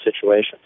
situations